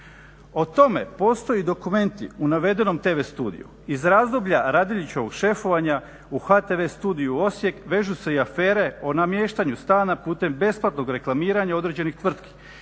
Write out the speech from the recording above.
O tome postoji dokumenti u navedenom tv studiju. Iz razdoblja Radeljićevog šefovanja u HTV studiju Osijek vežu se i afere o namještanju stana putem besplatnog reklamiranja određenih tvrtki.